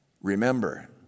Remember